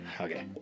Okay